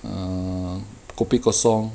ah kopi kosong